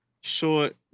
short